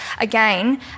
again